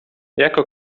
jako